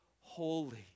holy